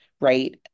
right